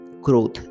growth